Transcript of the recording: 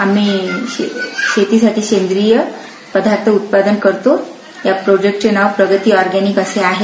आम्ही शेतीसाठी सेंद्रिय पदार्थ उत्पादन करतो या प्रोजेक्टचे नाव प्रगति ऑरगॅनिक असे आहे